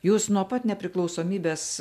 jūs nuo pat nepriklausomybės